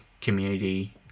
community